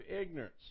ignorance